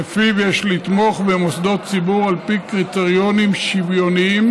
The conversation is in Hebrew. שלפיו יש לתמוך במוסדות ציבור על פי קריטריונים שוויוניים,